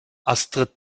astrid